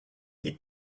eat